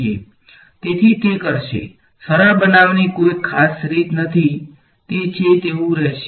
તેથી તે કરશે સરળ બનાવવાની કોઈ ખાસ રીત નથી તે છે તેવુ રહેશે